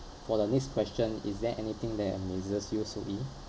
for the next question is there anything that amazes you soo ee